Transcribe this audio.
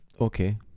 Okay